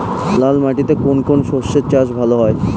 লাল মাটিতে কোন কোন শস্যের চাষ ভালো হয়?